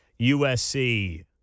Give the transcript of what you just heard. USC